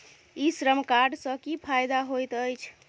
ई श्रम कार्ड सँ की फायदा होइत अछि?